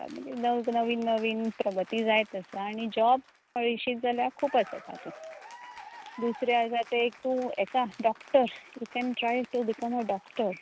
म्हणजे नव नवीन नवीन प्रगती जायत आसा आणी जॉब पळयशीत जाल्या खूब आसा तातून दुसरें आसा तें एक तूं हेका doctor you can try to become a doctor